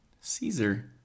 Caesar